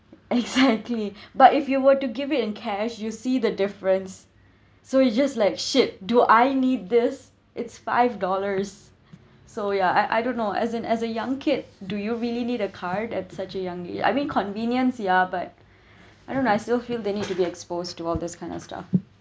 exactly but if you were to give it in cash you'll see the difference so you just like shit do I need this it's five dollars so yeah I I don't know as a as a young kid do you really need a card at such a young age I mean convenience yeah but I don't know I still feel they need to be exposed to all this kind of stuff